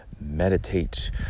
meditate